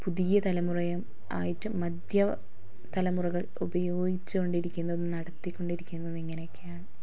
പുതിയ തലമുറയും ആയിട്ടും മധ്യ തലമുറകൾ ഉപയോഗിച്ചുകൊണ്ടിരിക്കുന്നതും നടത്തികൊണ്ടിരിക്കുന്നതും ഇങ്ങനെയൊക്കെയാണ്